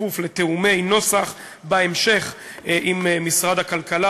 בכפוף לתיאומי נוסח בהמשך עם משרד הכלכלה.